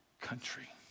country